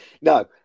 No